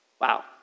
Wow